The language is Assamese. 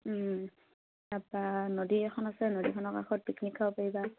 তাৰপৰা নদী এখন আছে নদীখনৰ কাষত পিকনিক খাব পাৰিবা